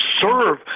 serve